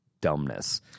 dumbness